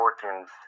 fortunes